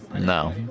no